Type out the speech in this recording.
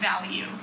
value